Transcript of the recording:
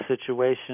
situation